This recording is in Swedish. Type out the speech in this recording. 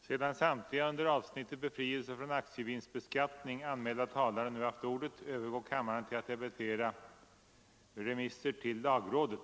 Sedan samtliga under avsnittet Befrielse från aktievinstbeskattning anmälda talare nu haft ordet övergår kammaren till att debattera Remisser till lagrådet.